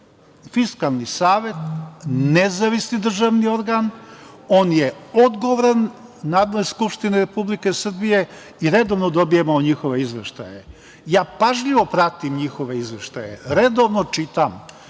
Fiskalni savet nezavisni državni organ. On je odgovoran Narodnoj skupštini Republike Srbije i redovno dobijamo njihove izveštaje. Pažljivo pratim njihove izveštaje, redovno čitam